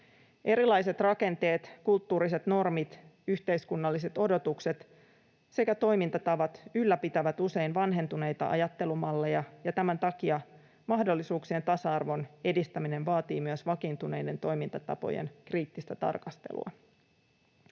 Erilaiset rakenteet, kulttuuriset normit, yhteiskunnalliset odotukset sekä toimintatavat ylläpitävät usein vanhentuneita ajattelumalleja, ja tämän takia mahdollisuuksien tasa-arvon edistäminen vaatii myös vakiintuneiden toimintatapojen kriittistä tarkastelua.